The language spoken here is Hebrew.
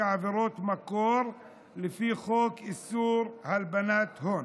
כעבירות מקור לפי חוק איסור הלבנת הון.